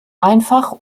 einfach